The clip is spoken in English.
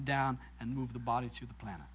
down and move the body to the plan